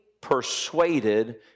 persuaded